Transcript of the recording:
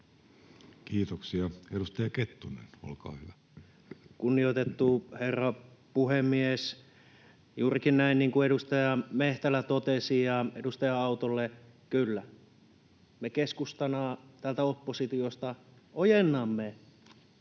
Kiitoksia. — Edustaja Kettunen, olkaa hyvä. Kunnioitettu herra puhemies! Juurikin näin niin kuin edustaja Mehtälä totesi. Edustaja Autolle: Kyllä, me keskustana täältä oppositiosta ojennamme